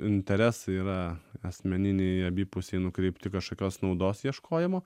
interesai yra asmeniniai abipusiai nukreipti kažkokios naudos ieškojimo